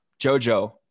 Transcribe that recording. Jojo